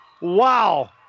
Wow